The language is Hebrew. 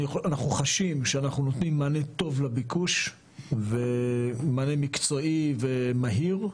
אנחנו חשים שאנחנו נותנים מענה טוב לביקוש ומענה מקצועי ומהיר,